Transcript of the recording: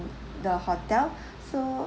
the hote so